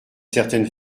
certaine